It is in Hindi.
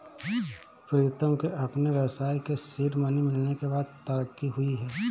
प्रीतम के अपने व्यवसाय के सीड मनी मिलने के बाद तरक्की हुई हैं